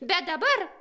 bet dabar